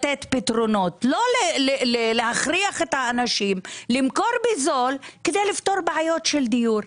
לא להכריח את האנשים למכור בזול כדי לפתור בעיות של דיור.